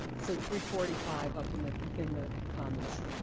so three forty five up in the in the commons.